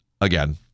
again